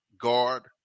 guard